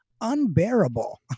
unbearable